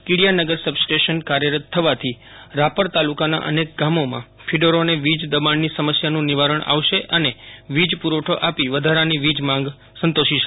Kidiyanagar substation કાર્યરત થવાથી રાપર તાલુકાના અનેક ગામોના ફિડરોને વીજદબાણની સમસ્યાનું નિવારણ આવશે અને વીજપૂરવઠો આપી વધારાની વીજમાંગ સંતોષી શકાશે